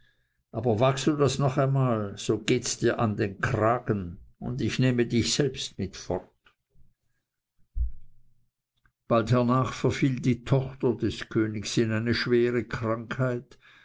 aber wagst du das noch einmal so geht dirs an den kragen und ich nehme dich selbst mit fort bald hernach verfiel die tochter des königs in eine schwere krankheit